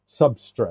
substrate